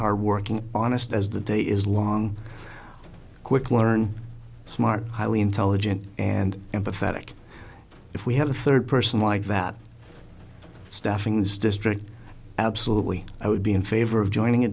hard working honest as the day is long quick learn smart highly intelligent and empathetic if we have a third person like that staffing this district absolutely i would be in favor of joining a